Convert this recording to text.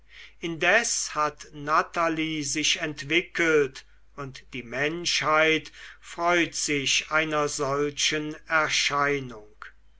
indes hat natalie sich entwickelt und die menschheit freut sich einer solchen erscheinung